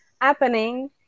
happening